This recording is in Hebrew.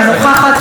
אינה נוכחת,